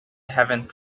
heaven